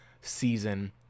season